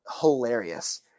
hilarious